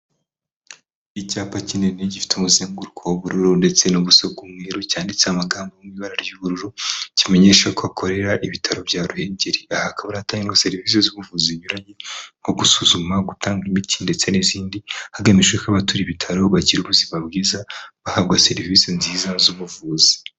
Icyapa kinini gifite umusenguruko w'ubururu ndetse n'umuzenguruko w'umweru cyanditse amagambo mu ibara ry'ubururu, kimenyesha ko hakorera ibitaro bya Ruhengeri. Hakaba hatangwa serivisi z'ubuvuzi zinyuranye nko gusuzuma, gutanga imiti ndetse n'izindi, hagamijwe kuba abatura ibitaro bakira ubuzima bwiza, bahabwa serivisi nziza z'ubuvuzi.